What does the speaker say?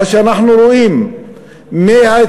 מה שאנחנו רואים מההתנהלות,